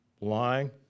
lying